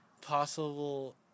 possible